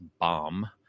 bomb